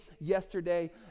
yesterday